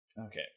Okay